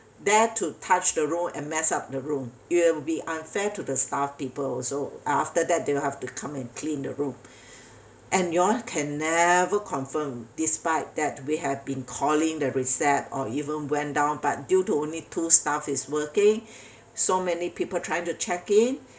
dare to touch the room and mess up the room it will be unfair to the staff people also after that they will have to come and clean the room and y'all can never confirm despite that we have been calling the recep~ or even went down but due to only two staff is working so many people trying to check in